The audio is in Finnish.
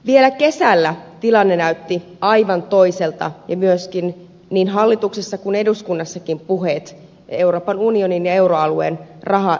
vielä kesällä tilanne näytti aivan toiselta ja myöskin niin hallituksessa kun eduskunnassakin puheet euroopan unionin ja euroalueen rahatilanteesta